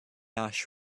ash